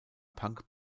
punk